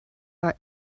are